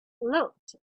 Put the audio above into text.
looked